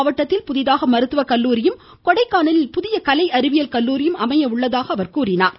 மாவட்டத்தில் புதிதாக மருத்துவ கல்லூரியும் கொடைக்கானலில் புதிய கலை அறிவியல் கல்லூரியும் அமைய உள்ளதாக கூறினார்